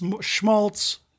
schmaltz